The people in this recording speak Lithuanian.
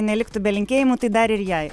neliktų be linkėjimų tai dar ir jai